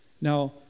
Now